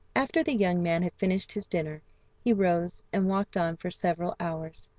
after the young man had finished his dinner he rose and walked on for several hours,